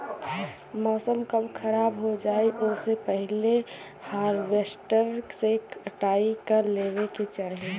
मौसम कब खराब हो जाई ओसे पहिले हॉरवेस्टर से कटाई कर लेवे के चाही